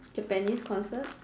Japanese concert